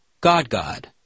God-God